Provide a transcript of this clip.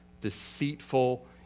deceitful